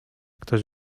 ktoś